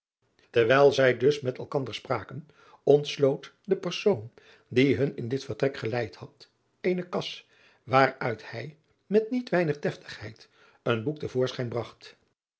erwijl zij dus met eikander spraken ontsloot de persoon die hun in dit vertrek geleid had eene kas waairuit hij met niet weinig deftigheid een boek te voorschijn bragt